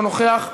אינו נוכח,